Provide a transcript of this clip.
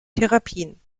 therapien